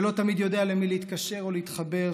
שלא תמיד יודע למי להתקשר או להתחבר,